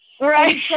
Right